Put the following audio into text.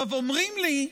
עכשיו אומרים לי: